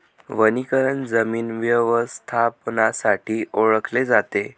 वनीकरण जमीन व्यवस्थापनासाठी ओळखले जाते